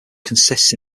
consists